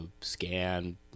scan